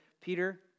Peter